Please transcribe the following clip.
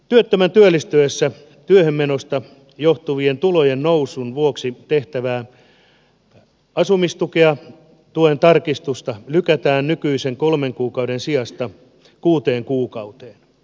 työttömän työllistyessä työhönmenosta johtuvan tulojen nousun vuoksi tehtävää asumistuen tarkistusta lykätään nykyisen kolmen kuukauden sijasta kuuteen kuukauteen